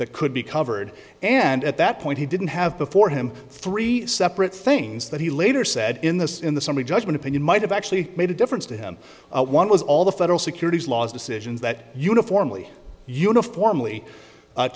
that could be covered and at that point he didn't have before him three separate things that he later said in this in the summary judgment opinion might have actually made a difference to him one was all the federal securities laws decisions that uniformly uniformly